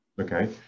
Okay